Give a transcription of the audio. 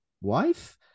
wife